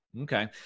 Okay